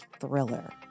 thriller